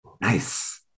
Nice